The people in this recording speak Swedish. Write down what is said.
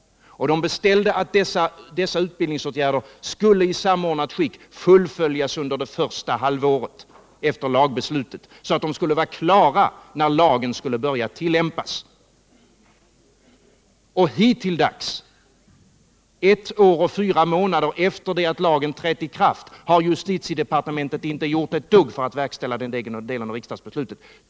Riksdagen beställde att dessa utbildningsåtgärder i samordnat skick skulle fullföljas under det första halvåret efter lagbeslutet, så att de skulle vara klara när lagen skulle börja tillämpas. Hittilldags, ett år och fyra månader efter det att lagen trädde i kraft, har justitiedepartementet inte gjort ett dugg för att verkställa den delen av riksdagsbeslutet.